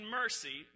mercy